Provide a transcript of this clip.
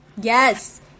Yes